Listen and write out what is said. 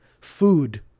food